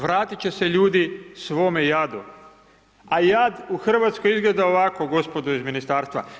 Vratit će se ljudi svome jadu, a jad u Hrvatskoj izgleda ovako gospodo iz Ministarstva.